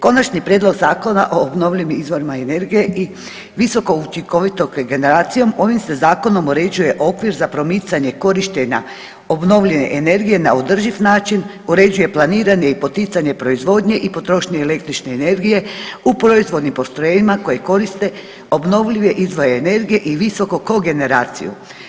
Konačni prijedlog zakona o obnovljivim izvorima energije i visokoučinkovitoj kogeneracijom ovim se Zakonom uređuje okvir za promicanje korištenja obnovljive energije na održiv način, uređuje planiranje i poticanje proizvodnje i potrošnje električne energije u proizvodnim postrojenjima koji koriste obnovljive izvore energije i visoko kogeneraciju.